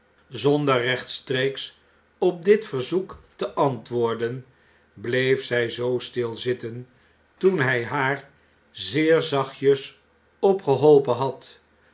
zonder rechtstreeks op dit verzoek te antwoorden bleef zij zoo stil zitten toen hij haar zeer zachtjes opgeholpen had